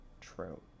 True